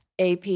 AP